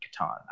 Catan